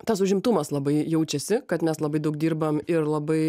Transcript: tas užimtumas labai jaučiasi kad mes labai daug dirbam ir labai